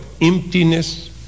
emptiness